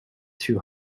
too